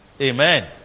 Amen